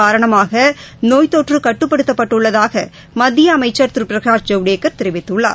காரணமாகநோய் தொற்றுகட்டுப்படுத்தப்பட்டுள்ளதாகமத்தியஅமைச்சர் திருபிரகாஷ் ஜவடேகர் தெரிவித்துள்ளார்